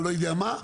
לא יודע מה,